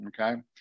Okay